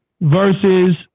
versus